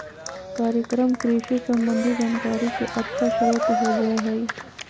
कार्यक्रम कृषि संबंधी जानकारी के अच्छा स्रोत होबय हइ